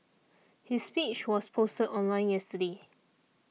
his speech was posted online yesterday